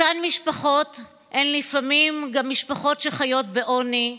אותן משפחות הן לפעמים גם משפחות שחיות בעוני,